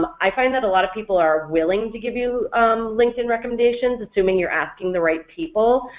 like i find that a lot of people are willing to give you linkedin recommendations assuming you're asking the right people,